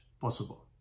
possible